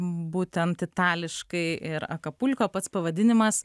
būtent itališkai ir akapulko pats pavadinimas